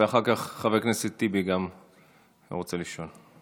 ואחר כך גם חבר הכנסת טיבי רוצה לשאול.